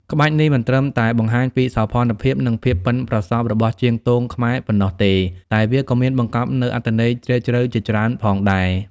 ក្បាច់នេះមិនត្រឹមតែបង្ហាញពីសោភ័ណភាព និងភាពប៉ិនប្រសប់របស់ជាងទងខ្មែរប៉ុណ្ណោះទេ តែវាក៏មានបង្កប់នូវអត្ថន័យជ្រាលជ្រៅជាច្រើនផងដែរ។